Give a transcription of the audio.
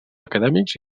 acadèmics